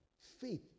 faith